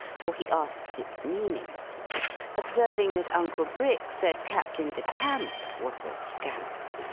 for he asked its meaning observing that uncle brick said captain de camp was a scamp.